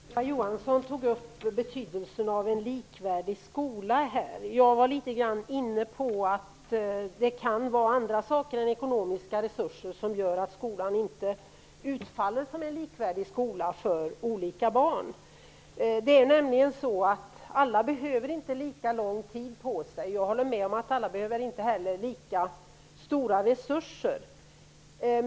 Herr talman! Eva Johansson tog upp betydelsen av en likvärdig skola. Jag var inne på att det kan vara annat än ekonomiska resurser som gör att en skola inte utfaller likvärdigt för olika barn. Det är nämligen så att alla inte behöver lika lång tid på sig. Jag håller med om att alla inte heller behöver lika stora resurser.